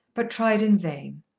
but tried in vain.